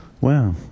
Wow